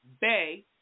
Bay